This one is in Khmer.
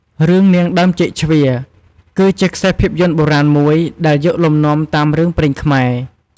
រឿង នាងដើមចេកជ្វា គឺជាខ្សែភាពយន្តបុរាណមួយ ដែលយកលំនាំតាមរឿងព្រេងខ្មែរ។